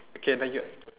okay thank you